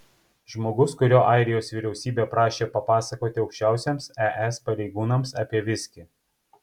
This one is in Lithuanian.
žmogus kurio airijos vyriausybė prašė papasakoti aukščiausiems es pareigūnams apie viskį